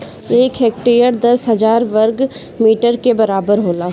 एक हेक्टेयर दस हजार वर्ग मीटर के बराबर होला